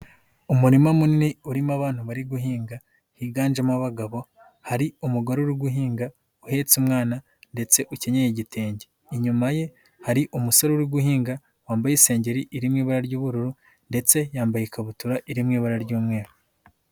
Umurima munini urimo abantu bari guhinga higanjemo abagabo, hari umugore uri guhinga uhetse umwana ndetse ukenyeye igitenge, inyuma ye hari umusore uri guhinga wambaye isengeri iri mu ibara ry'ubururu ndetse yambaye ikabutura iri mu ibara ry'umweru.